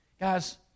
Guys